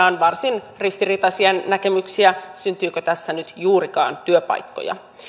on varsin ristiriitaisia näkemyksiä syntyykö tässä nyt juurikaan työpaikkoja